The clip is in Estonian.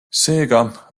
seega